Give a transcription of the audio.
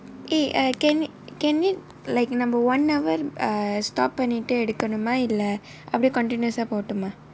eh can it can it err number one hour uh stop பண்ணிட்டு எடுக்கனுமா இல்லை அப்படி:pannittu edukkanumaa illai appadi continuous ah போகதுமா:pogathumaa